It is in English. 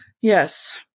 Yes